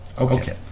Okay